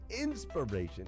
inspiration